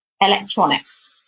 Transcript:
Electronics